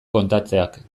kontatzeak